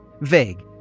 vague